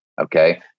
Okay